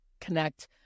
connect